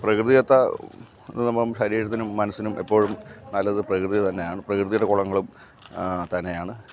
പ്രകൃതിദത്ത ശരീരത്തിന് മനസ്സിനും എപ്പോഴും നല്ലത് പ്രകൃതി തന്നെയാണ് പ്രകൃതിയുടെ കുളങ്ങളും തന്നെയാണ്